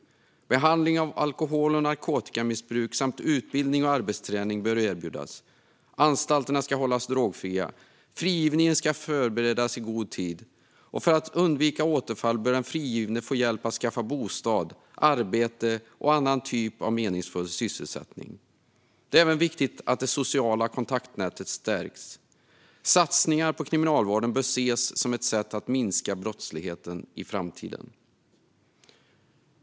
Behandling mot alkohol och narkotikamissbruk samt utbildning och arbetsträning bör erbjudas. Anstalterna ska hållas drogfria, och frigivningen ska förberedas i god tid. För att undvika återfall bör den frigivne få hjälp att skaffa bostad och arbete eller annan typ av meningsfull sysselsättning. Det är även viktigt att det sociala kontaktnätet stärks. Satsningar på kriminalvården bör ses som ett sätt att minska brottsligheten i framtiden.